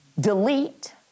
delete